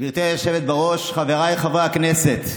גברתי היושבת בראש, חבריי חברי הכנסת,